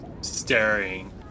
staring